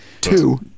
Two